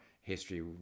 history